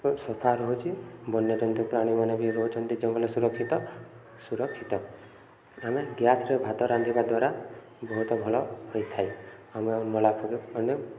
ସଫା ରହୁଛି ବନ୍ୟଜନ୍ତୁ ପ୍ରାଣୀମାନେ ବି ରହୁଛନ୍ତି ଜଙ୍ଗଲରେ ସୁରକ୍ଷିତ ସୁରକ୍ଷିତ ଆମେ ଗ୍ୟାସରେ ଭାତ ରାନ୍ଧିବା ଦ୍ୱାରା ବହୁତ ଭଲ ହୋଇଥାଏ ଆମେ